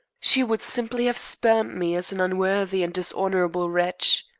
she would simply have spurned me as an unworthy and dishonorable wretch.